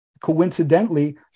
coincidentally